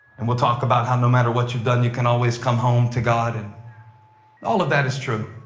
and we'll talk about how no matter what you've done, you can always come home to god. and all of that is true.